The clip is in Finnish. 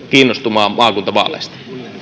kiinnostumaan maakuntavaaleista